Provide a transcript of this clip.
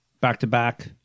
back-to-back